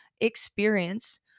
experience